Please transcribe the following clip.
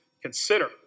consider